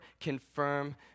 confirm